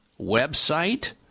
website